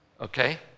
okay